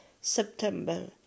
September